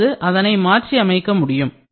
அல்லது அதனை மாற்றி அமைக்க முடியும்